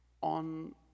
on